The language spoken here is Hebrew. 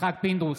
יצחק פינדרוס,